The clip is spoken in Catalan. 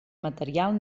material